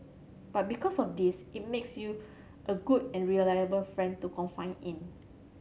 but because of this it makes you a good and reliable friend to confide in